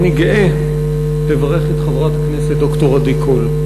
אני גאה לברך את חברת הכנסת ד"ר עדי קול.